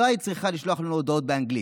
לא היית צריכה לשלוח לנו הודעות באנגלית.